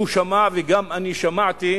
הוא שמע, וגם אני שמעתי,